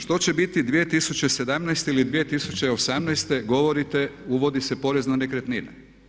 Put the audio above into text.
Što će biti 2017. ili 2018. govorite uvodi se porez na nekretnine.